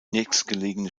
nächstgelegene